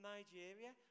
Nigeria